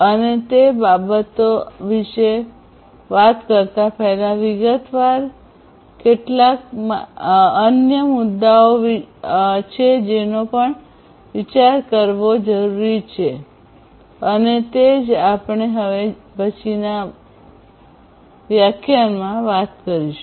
અને તે બાબતો વિશે વાત કરતા પહેલા વિગતવાર કેટલાક અન્ય મુદ્દાઓ છે જેનો પણ વિચાર કરવો જરૂરી છે અને તે જ આપણે હવે પછીનાં વ્યાખ્યાનમાં વાત કરીશું